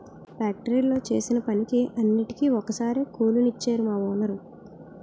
ఫ్యాక్టరీలో చేసిన పనికి అన్నిటికీ ఒక్కసారే కూలి నిచ్చేరు మా వోనరు